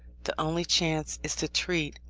the only chance is to treat,